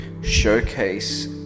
showcase